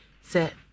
set